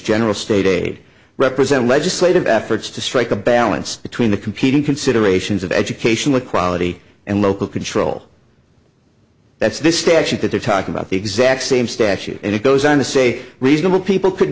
general state aid represent legislative efforts to strike a balance between the competing considerations of educational equality and local control that's the statute that they're talking about the exact same statute and it goes on to say reasonable people could